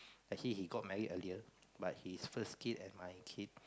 actually he got married earlier but his first kid and my kid